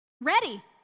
Ready